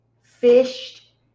fished